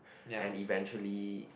and eventually